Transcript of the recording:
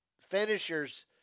finishers